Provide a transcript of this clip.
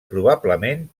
probablement